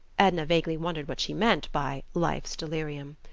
edna vaguely wondered what she meant by life's delirium.